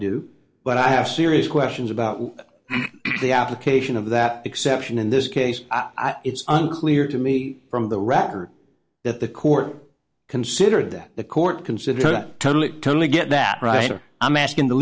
do but i have serious questions about the application of that exception in this case it's unclear to me from the record that the court considered that the court considered totally totally get that right or i'm asking the